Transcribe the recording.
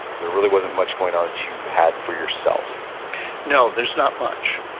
there really wasn't much going on that you had for yourself no, there's not much.